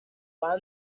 van